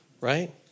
right